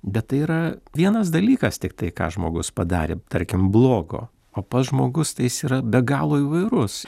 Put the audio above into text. bet tai yra vienas dalykas tiktai ką žmogus padarė tarkim blogo o pats žmogus tai jis yra be galo įvairus